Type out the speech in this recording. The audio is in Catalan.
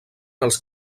els